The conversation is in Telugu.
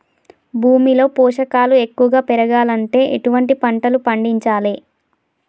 భూమిలో పోషకాలు ఎక్కువగా పెరగాలంటే ఎటువంటి పంటలు పండించాలే?